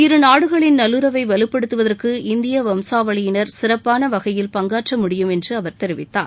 இருநாடுகளின் நல்லுறவை வலுப்படுத்துவதற்கு இந்திய வம்சாவளியினர் சிறப்பான வகையில் பங்காற்ற முடியும் என்று அவர் தெரிவித்தார்